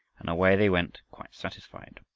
and away they went quite satisfied.